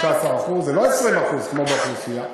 16%. זה לא 20% כמו באוכלוסייה,